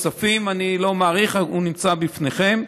אני לא מאריך, הוא נמצא לפניכם.